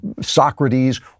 Socrates